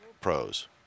Pros